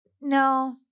no